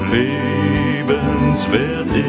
lebenswert